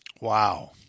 Wow